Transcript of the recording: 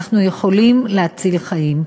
אנחנו יכולים להציל חיים.